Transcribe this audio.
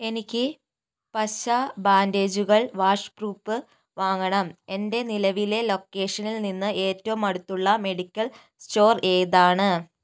എനിക്ക് പശ ബാൻഡേജുകൾ വാഷ്പ്രൂപ് വാങ്ങണം എൻ്റെ നിലവിലെ ലൊക്കേഷനിൽ നിന്ന് ഏറ്റവും അടുത്തുള്ള മെഡിക്കൽ സ്റ്റോർ ഏതാണ്